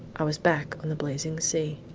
i was back on the blazing sea.